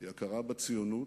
היא הכרה בציונות